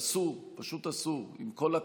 אסור, פשוט אסור, עם כל הכאב.